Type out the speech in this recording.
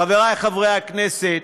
חברי חברי הכנסת,